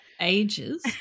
ages